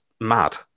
mad